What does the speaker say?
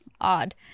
odd